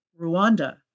Rwanda